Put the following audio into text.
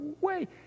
wait